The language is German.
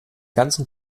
ganzen